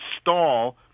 stall